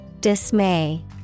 Dismay